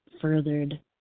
furthered